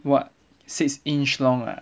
what six inch long ah